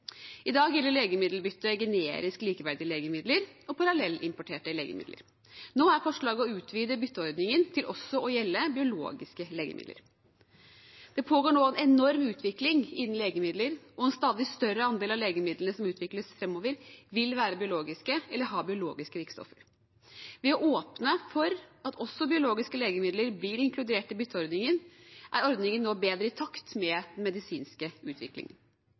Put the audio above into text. I dag gjelder legemiddelbytte generisk likeverdige legemidler og parallellimporterte legemidler. Nå er forslaget å utvide bytteordningen til også å gjelde biologiske legemidler. Det pågår nå en enorm utvikling innen legemidler, og en stadig større andel av legemidlene som utvikles framover, vil være biologiske eller ha biologiske virkestoffer. Ved å åpne for at også biologiske legemidler blir inkludert i bytteordningen er ordningen nå bedre i takt med den medisinske utviklingen.